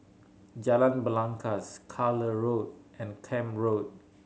Jalan Belangkas Carlisle Road and Camp Road